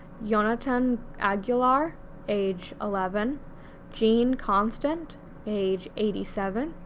yonatan aguilar age eleven jean constant age eighty seven,